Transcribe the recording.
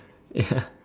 yeah